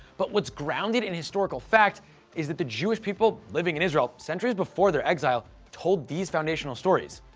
but what's grounded in historical fact is that the jewish people living in israel centuries before their exile told these foundational stories.